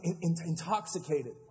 Intoxicated